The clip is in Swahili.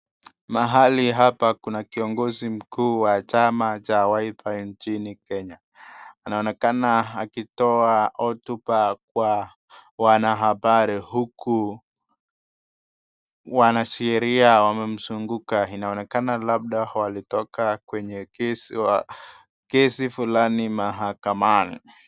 Mahali hapa kuna kiongozi mkuu wa chama cha Wiper nchini kenya anaonekana akitoa hotuba kwa wanahabari huku wanasheria wamemzunguka inaonekana labda walitoka kwenye kesi fulani mahakamani.